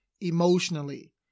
emotionally